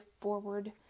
forward